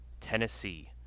Tennessee